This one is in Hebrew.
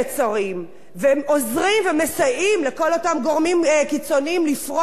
והם עוזרים ומסייעים לכל אותם גורמים קיצוניים לפרוח ולצמוח.